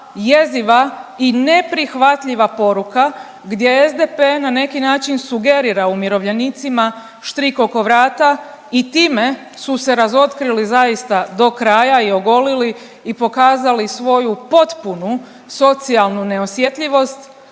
jeziva i neprihvatljiva poruka gdje SDP na neki način sugerira umirovljenicima štrik oko vrata i time su se razotkrili zaista do kraja i ogolili i pokazali svoju potpunu socijalnu neosjetljivost,